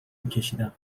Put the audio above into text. میکشیدم